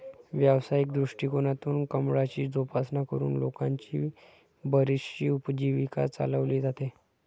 व्यावसायिक दृष्टिकोनातून कमळाची जोपासना करून लोकांची बरीचशी उपजीविका चालवली जाते